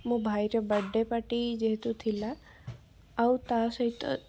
ମୋ ଭାଇର birthday party ଯେହେତୁ ଥିଲା ଆଉ ତା'ସହିତ